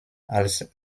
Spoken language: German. als